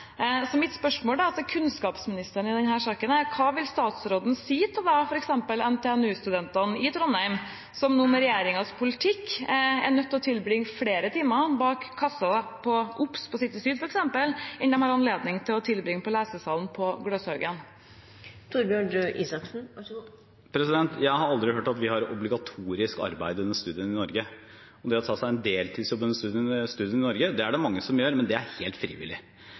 Mitt spørsmål til kunnskapsministeren i denne saken er: Hva vil statsråden si til f.eks. NTNU-studentene i Trondheim, som med regjeringens politikk er nødt til å tilbringe flere timer bak kassen på f.eks. Obs på City Syd enn de har anledning til å tilbringe på lesesalen på Gløshaugen? Jeg har aldri hørt at vi har obligatorisk arbeid under studiene i Norge. Det å ta seg en deltidsjobb under studiene i Norge er det mange som gjør, men det er helt frivillig.